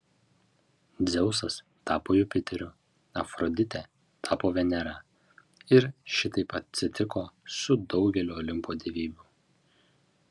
dzeusas tapo jupiteriu afroditė tapo venera ir šitaip atsitiko su daugeliu olimpo dievybių